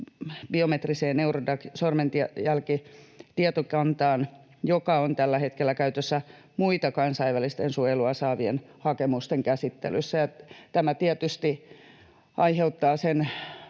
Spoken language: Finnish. biometriseen Eurodac-sormenjälkitietokantaan, joka on tällä hetkellä käytössä muiden kansainvälistä suojelua saavien hakemusten käsittelyssä. Tämä tietysti aiheuttaa sen